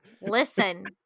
Listen